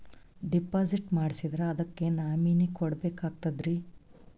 Deposit ಮಾಡ್ಸಿದ್ರ ಅದಕ್ಕ nominee ಕೊಡಬೇಕಾಗ್ತದ್ರಿ?